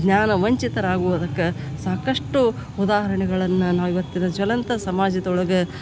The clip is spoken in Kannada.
ಜ್ಞಾನ ವಂಚಿತರಾಗುವುದಕ್ಕೆ ಸಾಕಷ್ಟು ಉದಾಹರಣೆಗಳನ್ನ ನಾವು ಇವತ್ತಿನ ಜ್ವಲಂತ ಸಮಾಜದೊಳಗೆ